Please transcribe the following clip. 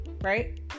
Right